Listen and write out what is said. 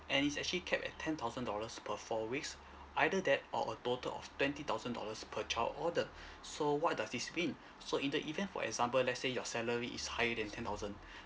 and it's actually kept at ten thousand dollars per four weeks either that or a total of twenty thousand dollars per child order so what does this mean so in the event for example let's say your salary is higher than ten thousand